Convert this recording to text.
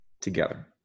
together